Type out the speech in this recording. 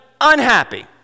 unhappy